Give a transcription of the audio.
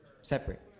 separate